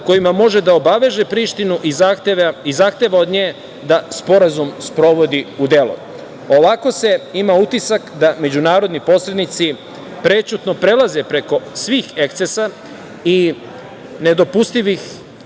kojima može da obaveže Prištinu i zahteva od nje da sporazum sprovodi u delo? Ovako se ima utisak da međunarodni posrednici prećutno prelaze preko svih ekscesa i nedopustivih